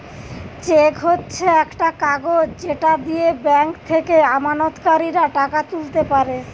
check হচ্ছে একটা কাগজ যেটা দিয়ে ব্যাংক থেকে আমানতকারীরা টাকা তুলতে পারে